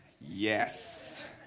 Yes